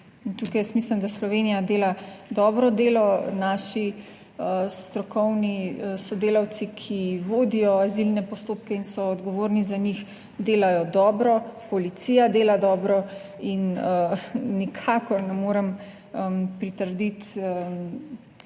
tukaj jaz mislim, da Slovenija dela dobro delo, naši strokovni sodelavci, ki vodijo azilne postopke in so odgovorni za njih, delajo dobro, policija dela dobro in nikakor ne morem pritrditi